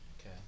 Okay